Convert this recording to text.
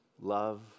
love